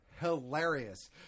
hilarious